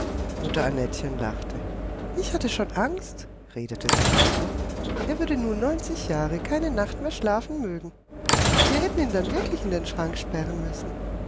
mutter annettchen lachte ich hatte schon angst redete sie weiter er würde nun neunzig jahre keine nacht mehr schlafen mögen wir hätten ihn dann wirklich in den schrank sperren müssen